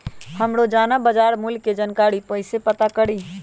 हम रोजाना बाजार मूल्य के जानकारी कईसे पता करी?